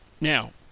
Now